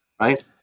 Right